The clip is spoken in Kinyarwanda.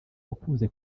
ukunze